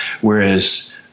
Whereas